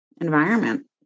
environment